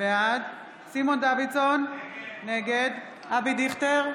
בעד סימון דוידסון, נגד אבי דיכטר,